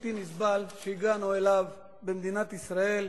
על המצב הבלתי נסבל שהגענו אליו במדינת ישראל,